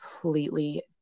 completely